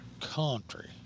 Country